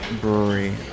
brewery